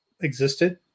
existed